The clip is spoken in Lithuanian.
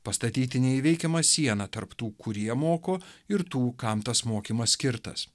pastatyti neįveikiamą sieną tarp tų kurie moko ir tų kam tas mokymas skirtas